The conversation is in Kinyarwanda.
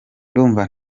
ndumva